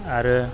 आरो